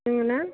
दङ ना